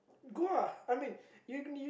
go ah I mean you need